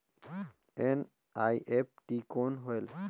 NEFT कौन होएल?